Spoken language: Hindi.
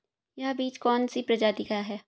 यह बीज कौन सी प्रजाति का है?